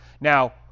Now